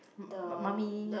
m~ m~ mummy